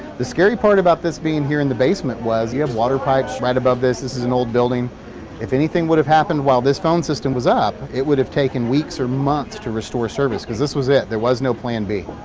the scary part about this being here in the basement was you have water pipes right above this this is an old building if anything would have happened while this phone system was up, it would have taken weeks or months to restore service because this was it. there was no plan b.